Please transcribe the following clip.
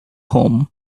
home